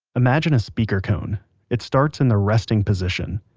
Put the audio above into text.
imagine a speaker cone it starts in the resting position,